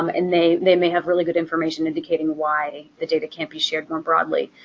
um and they they may have really good information indicating why the data can't be shared more broadly.